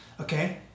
Okay